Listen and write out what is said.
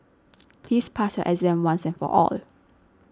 please pass your exam once and for all